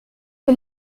que